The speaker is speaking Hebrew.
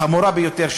החמורה ביותר,